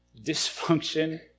dysfunction